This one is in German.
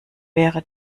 wäre